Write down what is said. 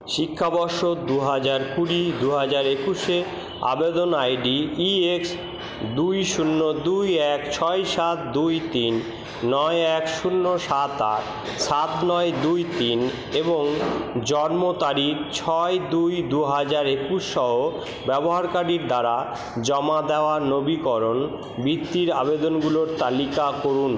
শিক্ষাবর্ষ দু হাজার কুড়ি দু হাজার একুশে আবেদন আইডি ইএক্স দুই শূন্য দুই এক ছয় সাত দুই তিন নয় এক শূন্য সাত আট সাত নয় দুই তিন এবং জন্ম তারিখ ছয় দুই দু হাজার একুশসহ ব্যবহারকারীর দ্বারা জমা দেওয়া নবীকরণ বৃত্তির আবেদনগুলোর তালিকা করুন